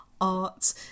Art